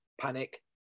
panic